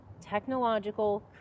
technological